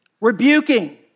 Rebuking